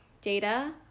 data